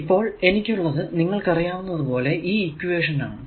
ഇപ്പോൾ എനിക്കുള്ളത് നിങ്ങൾക്കറിയാവുന്ന പോലെ ഈ ഇക്വേഷൻ ആണ്